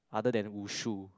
other than Wushu